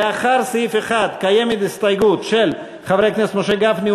לאחרי סעיף 1 קיימת הסתייגות של חברי הכנסת משה גפני,